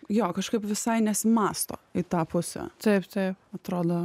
jo kažkaip visai nesimąsto į tą pusę taip taip atrodo